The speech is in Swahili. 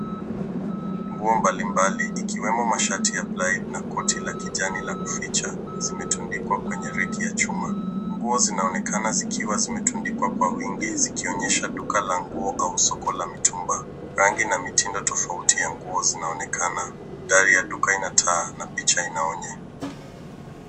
Nguo mbalimbali ikiwemo mashati applied na koti kijani la kuficha zimetundikwa kwenye reki ya chuma. Nguo zinaonekana zikiwa zimetundikwa kwa wingi zikionyesha duka la nguo au soko la mitumba. Rangi na mitindo tofauti ya nguo zinaonekana. Dari ya duka ina taa na picha inaonya.